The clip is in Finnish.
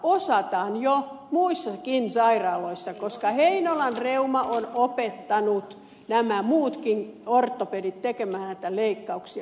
reumaortopediaa osataan jo muissakin sairaaloissa koska heinolan reuma on opettanut nämä muutkin ortopedit tekemään näitä leikkauksia